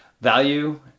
value